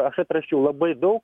aš atrašiau labai daug